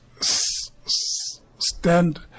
stand